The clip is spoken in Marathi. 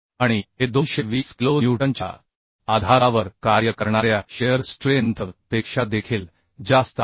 आणि हे 220 किलो न्यूटनच्या आधारावर कार्य करणार्या शिअर स्ट्रेंथ पेक्षा देखील जास्त आहे